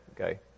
Okay